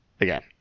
again